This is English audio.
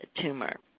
tumor